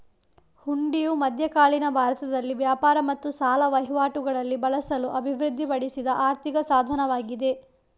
ಹುಂಡಿಯು ಮಧ್ಯಕಾಲೀನ ಭಾರತದಲ್ಲಿ ವ್ಯಾಪಾರ ಮತ್ತು ಸಾಲ ವಹಿವಾಟುಗಳಲ್ಲಿ ಬಳಸಲು ಅಭಿವೃದ್ಧಿಪಡಿಸಿದ ಆರ್ಥಿಕ ಸಾಧನವಾಗಿದೆ